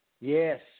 Yes